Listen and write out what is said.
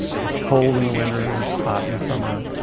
it's cold in the winter, and it's hot in the summer.